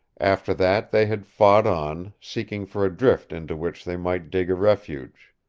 after that they had fought on, seeking for a drift into which they might dig a refuge.